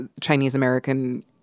Chinese-American